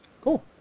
Cool